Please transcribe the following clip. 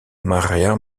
maría